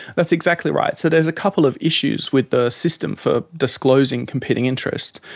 that's exactly right. so there's a couple of issues with the system for disclosing competing interests.